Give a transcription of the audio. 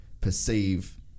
perceive